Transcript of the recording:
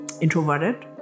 introverted